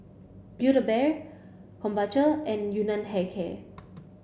build a Bear Krombacher and Yun Nam Hair Care